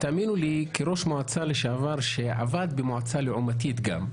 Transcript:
כראש מועצה לשעבר שעבד במועצה לעומתית גם,